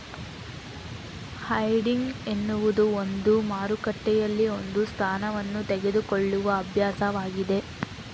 hedging ಎನ್ನುವುದು ಒಂದು ಮಾರುಕಟ್ಟೆಯಲ್ಲಿ ಒಂದು ಸ್ಥಾನವನ್ನು ತೆಗೆದುಕೊಳ್ಳುವ ಅಭ್ಯಾಸವಾಗಿದೆ